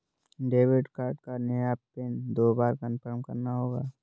debit card का नया PIN दो बार कन्फर्म करना होगा